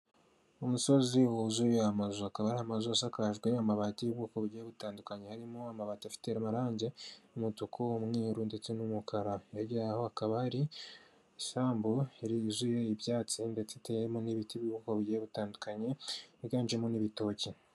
Umusozi wuzuye amazu, akaba ari amazusakajwe amabati y'ubwoko bugiye butandukanye, harimo amabati afite amarangi: umutuku, umweruru ndetse n'umukara, hirya yaho hakaba hari isambu yuzuye ibyatsi ndetse iteyemo n'ibiti by'ubwoko bugiye butandukanye yiganjemo n ibitoki.